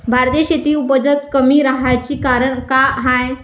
भारतीय शेतीची उपज कमी राहाची कारन का हाय?